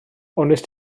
wnest